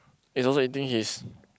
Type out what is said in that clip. is also eating his